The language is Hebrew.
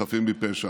בחפים מפשע.